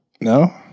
No